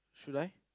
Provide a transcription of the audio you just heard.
should I